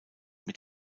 mit